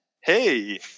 Hey